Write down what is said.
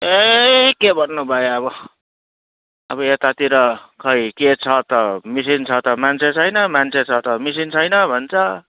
ए के भन्नु भाइ अब अब यतातिर खै के छ त मिसिन छ त मान्छे छैन मान्छे छ त मिसिन छैन भन्छ